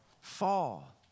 fall